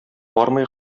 бармый